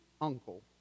uncle